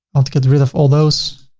want to get rid of all those,